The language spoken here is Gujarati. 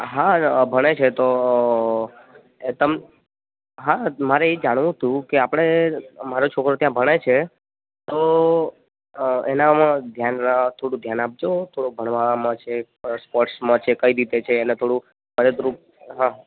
હા ભણે છે તો એ તમ હા મારે એ જાણવું હતું કે આપણે મારો છોકરો ત્યાં ભણે છે તો એનામાં ધ્યાન થોડું ધ્યાન આપજો થોડો ભણવામાં છે સ્પોર્ટ્સમાં છે કઈ રીતે છે એને થોડું મદદરૂપ હા